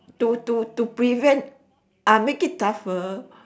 to to to prevent ah make it tougher